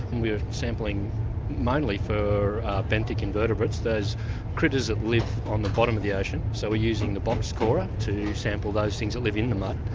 we were sampling mainly for benthic invertebrates, those critters that live on the bottom of the ocean. so we're using the box-corer to sample those things that live in the mud.